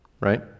right